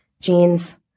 jeans